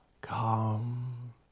come